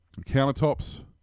countertops